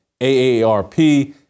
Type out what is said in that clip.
AARP